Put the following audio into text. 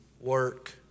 work